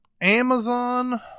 Amazon